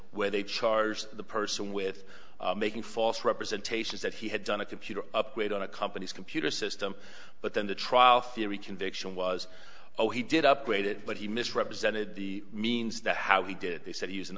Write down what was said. where they charged the person with making false representations that he had done a computer upgrade on a company's computer system but then the trial theory conviction was over he did upgrade it but he misrepresented the means that how he did they said